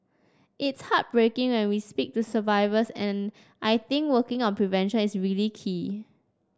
it's heartbreaking when we speak to survivors and I think working on prevention is really key